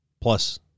plus